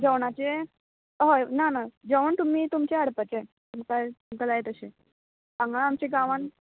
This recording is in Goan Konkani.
जेवणाचें हय ना ना जेवण तुमी तुमचें हाडपाचें तुमका तुमकां जाय तशें हांगा आमचे गांवान